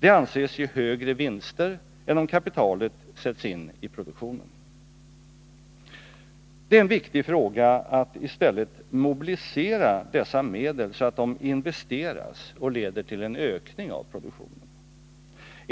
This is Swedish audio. Det anses ge högre vinster än om kapitalet sätts in i produktionen. Det är en viktig fråga att i stället mobilisera dessa medel, så att de investeras och leder till en ökning av produktionen.